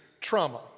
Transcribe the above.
trauma